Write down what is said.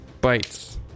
bites